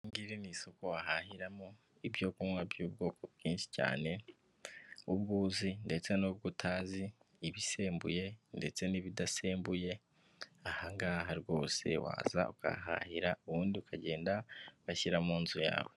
Iringiri ni isoko wahahiramo ibyo kunywa by'ubwoko bwinshi cyane ubyuzi ndetse n'ibyo utazi, ibisembuye ndetse n'ibidasembuye ahangaha rwose waza ukahahahira ubundi ukagenda ugashyira mu nzu yawe.